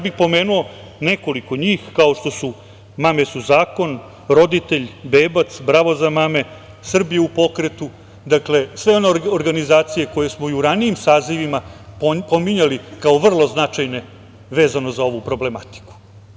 Pomenuo bih nekoliko njih kao što su „Mame su zakon“, „Roditelj“, „Bebac“, „Bravo za mame“, „Srbija u pokretu“, dakle, sve one organizacije koje smo i u ranijim sazivima pominjali kao vrlo značajne vezano za ovu problematiku.